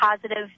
positive